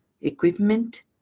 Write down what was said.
equipment